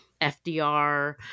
FDR